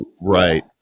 Right